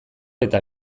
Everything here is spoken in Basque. eta